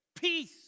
Peace